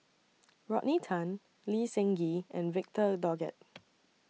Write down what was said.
Rodney Tan Lee Seng Gee and Victor Doggett